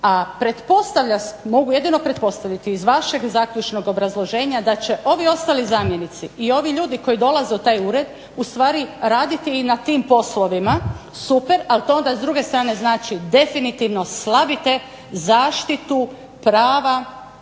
a pretpostavlja, mogu jedino pretpostaviti iz vašeg zaključnog obrazloženja da će ovi ostali zamjenici i ovi ljudi koji dolaze u taj ured ustvari raditi i na tim poslovima, super, ali to onda s druge strane znači definitivno slabite zaštitu prava,